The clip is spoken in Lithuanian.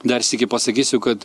dar sykį pasakysiu kad